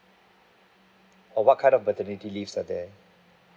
oh what kind of paternity leaves are there